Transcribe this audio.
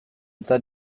eta